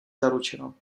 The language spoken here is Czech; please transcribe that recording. zaručeno